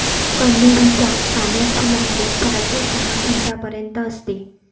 कन्हेरी च्या पानांची लांबी चार ते सहा इंचापर्यंत असते